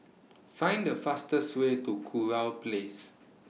Find The fastest Way to Kurau Place